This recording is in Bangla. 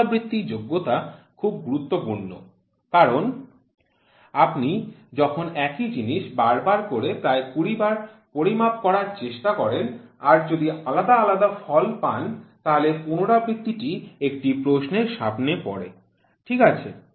পুনরাবৃত্তি যোগ্যতা খুব গুরুত্বপূর্ণ কারণ আপনি যখন একই জিনিস বারবার করে প্রায় ২০ বার পরিমাপ করার চেষ্টা করেন আর যদি আলাদা ফলাফল পান তাহলে পুনরাবৃত্তিটি একটি প্রশ্নের সামনে পরে ঠিক আছে